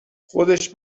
خودش